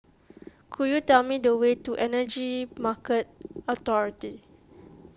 could you tell me the way to Energy Market Authority